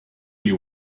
you